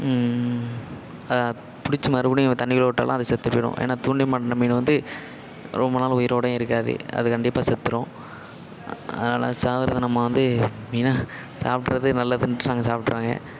பிடிச்சி மறுபடியும் தண்ணிக்குள்ளே விட்டாலாம் அது செத்து போய்டும் ஏன்னா தூண்டில மாட்டினா மீன் வந்து ரொம்ப நாலு உயிரோடையும் இருக்காது அது கண்டிப்பாக செத்துடும் அதனால சாகுறத நம்ம வந்து வீணாக சாப்பிட்றது நல்லதுன்னு நாங்கள் சாப்பிட்ருவாங்க